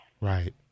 Right